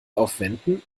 aufwenden